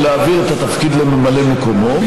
ולהעביר את התפקיד לממלא מקומו.